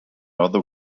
other